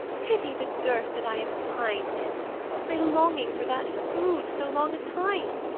pity the dearth that i have pined in by longing for that food so long a time.